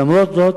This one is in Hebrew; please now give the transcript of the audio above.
למרות זאת,